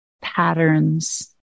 patterns